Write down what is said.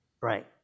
Right